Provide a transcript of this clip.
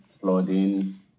flooding